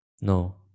No